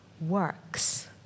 works